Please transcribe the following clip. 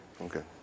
okay